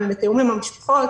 בתיאום עם המשפחות,